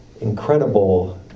incredible